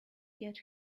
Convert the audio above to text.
get